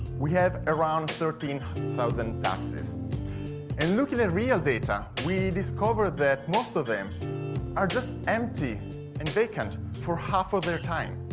we have around thirteen thousand taxis and looking at real data we discovered that most of them are just empty and vacant, for half of their time.